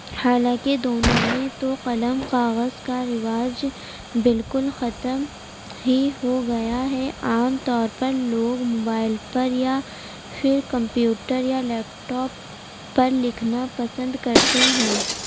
حالانکہ دونوں میں تو قلم کاغذ کا رواج بالکل ختم ہی ہو گیا ہے عام طور پر لوگ موبائل پر یا پھر کمپیوٹر یا لیپ ٹاپ پر لکھنا پسند کرتے ہیں